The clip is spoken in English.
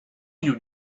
you